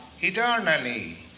eternally